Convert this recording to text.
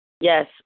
Yes